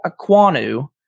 Aquanu